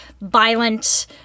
violent